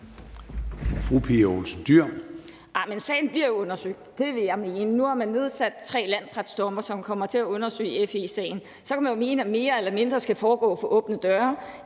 (SF): Men sagen bliver jo undersøgt. Det vil jeg mene. Nu har man udpeget tre landsretsdommere, som kommer til at undersøge FE-sagen, og så kan man jo mene, at mere eller mindre af det skal foregå for åbne døre.